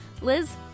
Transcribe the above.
Liz